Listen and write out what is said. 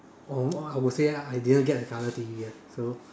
or uh I would say lah I didn't get a colour T_V ah so